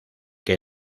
que